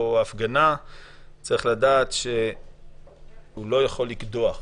הפגנה צריך לדעת שהוא לא יכול לקדוח,